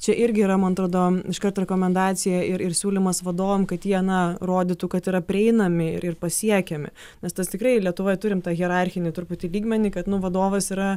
čia irgi yra man atrodo iškart rekomendacija ir ir siūlymas vadovam kad jie na rodytų kad yra prieinami ir ir pasiekiami nes tas tikrai lietuvoj turim tą hierarchinį truputį lygmenį kad nu vadovas yra